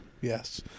yes